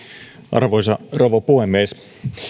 arvoisa rouva puhemies